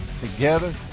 Together